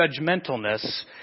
judgmentalness